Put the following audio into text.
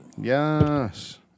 Yes